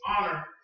honor